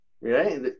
right